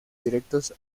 directos